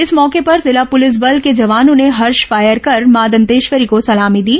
इस मौके पर जिला पूलिस बल के जवानों ने हर्ष फायर कर मां दंतेश्वरी को सलामी दी